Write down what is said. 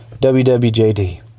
WWJD